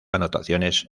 anotaciones